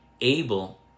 Abel